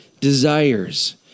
desires